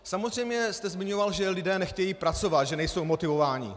Samozřejmě jste zmiňoval, že lidé nechtějí pracovat, že nejsou motivováni.